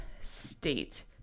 state